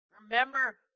remember